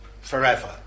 forever